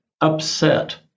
upset